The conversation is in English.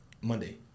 monday